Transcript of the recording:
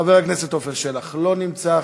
חבר הכנסת עפר שלח, לא נמצא.